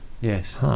yes